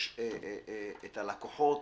יש את הלקוחות,